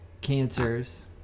cancers